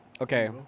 Okay